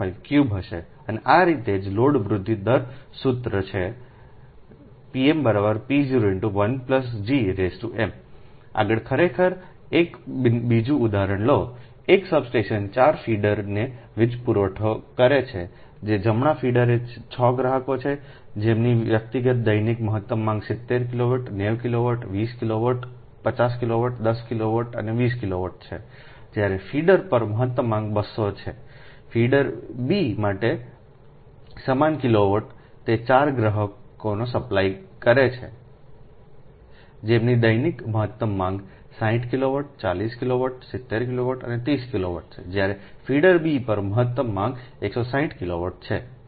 053 હશે અને આ રીતે તે જ લોડ વૃદ્ધિ દર સૂત્ર તે pm p0 1 gm આગળ ખરેખર એક બીજું ઉદાહરણ લો એક સબસ્ટેશન તે 4 ફીડરોને વીજ પુરવઠો કરે છે જમણા ફીડર એ 6 ગ્રાહકો છે જેમની વ્યક્તિગત દૈનિક મહત્તમ માંગ 70 kilowatt 90 kilowatt 20 kilowatt 50 kilowatt 10 kilowatt અને 20 કિલોવોટ છે જ્યારે ફીડર પર મહત્તમ માંગ 200 છે ફીડર બી માટે સમાન કિલોવોટ તે 4 ગ્રાહકોને સપ્લાય કરે છે જેમની દૈનિક મહત્તમ માંગ 60 કિલોવોટ 40 કિલોવોટ 70 કિલોવોટ અને 30 કિલોવોટ છે જ્યારે ફીડર બી પર મહત્તમ માંગ 160 કિલોવોટ છે